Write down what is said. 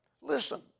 Listen